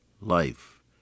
life